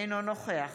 אינו נוכח